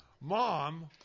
Mom